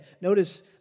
Notice